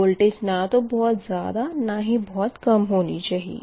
voltage ना तो बहुत ज़्यादा ना ही बहुत कम होनी चाहिए